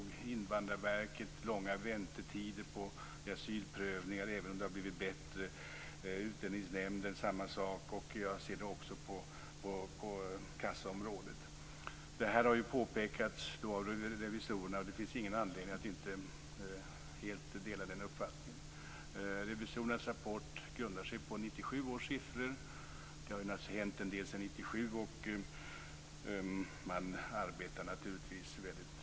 Det gäller Invandrarverket och långa väntetider vid asylprövningar, även om det har blivit bättre. Det är samma sak med Utlänningsnämnden. Jag ser nu också detta på kassaområdet. Detta har påpekats av revisorerna och det finns ingen anledning att inte helt dela den uppfattningen. Revisorernas rapport grundar sig på 1997 års siffror. Det har naturligtvis hänt en del sedan 1997, och man arbetar målmedvetet för att försöka bättra sig.